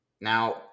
Now